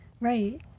Right